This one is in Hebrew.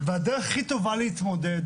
הדרך להתמודד